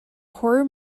horror